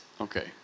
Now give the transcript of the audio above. Okay